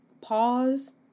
pause